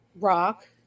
rock